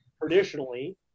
traditionally